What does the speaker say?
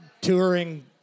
touring